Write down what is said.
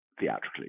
theatrically